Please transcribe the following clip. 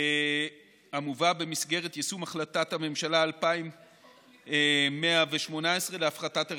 המובא במסגרת יישום החלטת הממשלה 2118 להפחתת הרגולציה.